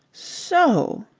so.